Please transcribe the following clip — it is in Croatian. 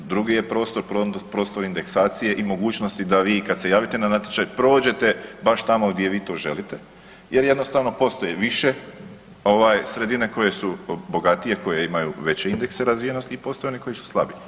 Drugi je prostor, prostor indeksacije i mogućnosti da vi i kad se javite na natječaj prođete baš tamo gdje vi to želite jer jednostavno postoje više ovaj sredine koje su bogatije, koje imaju veće indekse razvijenosti i postoje one koji su slabiji.